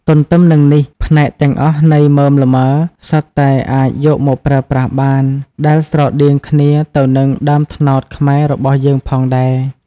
ទន្ទឹមនឹងនេះផ្នែកទាំងអស់នៃ ដើមលម៉ើ សុទ្ធតែអាចយកមកប្រើប្រាស់បាន ដែលស្រដៀងគ្នាទៅនឹងដើមត្នោតខ្មែរបស់រយើងផងដែរ។